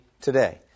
today